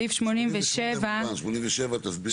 סעיף 87 --- 87 תסבירי.